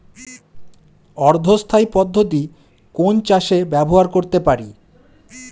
অর্ধ স্থায়ী পদ্ধতি কোন চাষে ব্যবহার করতে পারি?